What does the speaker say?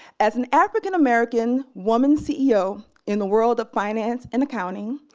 as an african-american woman ceo in the world of finance and accounting,